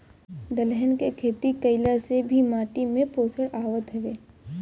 दलहन के खेती कईला से भी माटी में पोषण आवत हवे